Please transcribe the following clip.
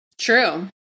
True